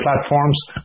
platforms